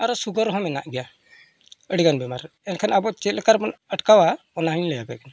ᱟᱨᱚ ᱥᱩᱜᱟᱨ ᱦᱚᱸ ᱢᱮᱱᱟᱜ ᱜᱮᱭᱟ ᱟᱹᱰᱤᱜᱟᱱ ᱵᱤᱢᱟᱨ ᱮᱱᱠᱷᱟᱱ ᱟᱵᱚ ᱪᱮᱫ ᱞᱮᱠᱟ ᱨᱮᱵᱚᱱ ᱟᱴᱠᱟᱣᱟ ᱚᱱᱟ ᱦᱚᱧ ᱞᱟᱹᱭ ᱟᱯᱮ ᱠᱟᱱᱟ